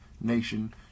nation